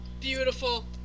Beautiful